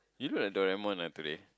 you look like Doraemon ah today